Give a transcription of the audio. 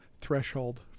threshold